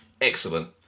Excellent